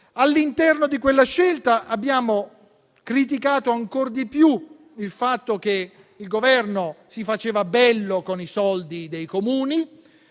All'interno di quella scelta abbiamo criticato ancor di più il fatto che il Governo si faceva bello con i soldi dei Comuni.